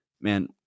man